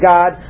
God